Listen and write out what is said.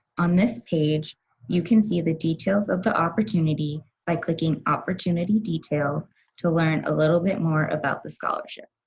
on this page you can see the details of the opportunity by clicking opportunity details to learn a little bit more about the scholarship.